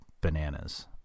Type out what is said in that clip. bananas